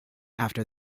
after